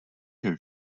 here